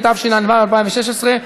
התשע"ו 2016,